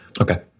Okay